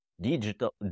digital